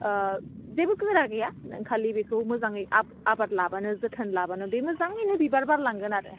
जेबो गोरा गैया नों खालि बेखौ मोजाङै आबाद लाबानो जोथोन लाबानो बे मोजाङैनो बिबार बारलांगोन आरो